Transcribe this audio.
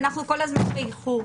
ואנחנו כל הזמן באיחור.